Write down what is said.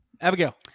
Abigail